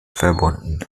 verbunden